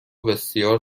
بسیار